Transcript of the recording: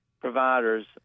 providers